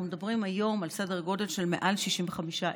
אנחנו מדברים היום על סדר גודל של מעל 65,000